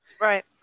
Right